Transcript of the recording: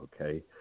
Okay